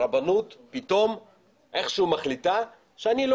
הרבנות פתאום איכשהו מחליטה שאני לא